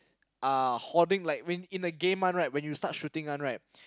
uh hoarding like I mean in a game [one] right when you start shooting [one] right